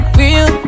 real